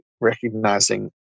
recognizing